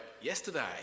yesterday